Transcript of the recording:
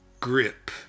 Grip